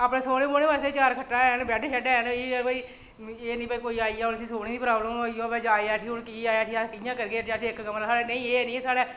अपने सौन्ने बौह्न्ने आस्तै खट्टां हैन बैड्ड हैन एह् कि भई एह् निं ऐ कि कोई आई जा ते उसी सोने दी प्रॉब्लम होनी कि ओह् आई गेआ कि आया इ'यां करगे इक कमरा साढ़े इ'यां निं ऐ